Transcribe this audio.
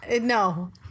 No